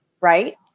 right